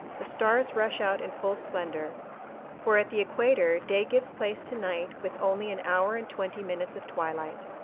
the stars rush out in full splendor for at the equator day gives place to night with only an hour and twenty minutes of twilight.